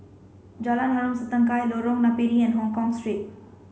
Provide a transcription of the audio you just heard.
Jalan Harom Setangkai Lorong Napiri and Hongkong Street